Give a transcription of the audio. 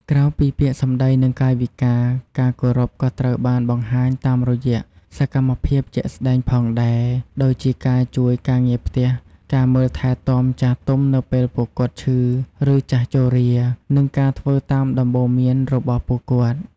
ក្រៅពីពាក្យសម្ដី និងកាយវិការ ការគោរពក៏ត្រូវបានបង្ហាញតាមរយៈសកម្មភាពជាក់ស្តែងផងដែរ ដូចជាការជួយការងារផ្ទះ ការមើលថែទាំចាស់ទុំនៅពេលពួកគាត់ឈឺ ឬចាស់ជរា និងការធ្វើតាមដំបូន្មានរបស់ពួកគាត់។